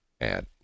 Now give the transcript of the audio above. Add